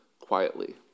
quietly